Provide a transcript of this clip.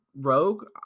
rogue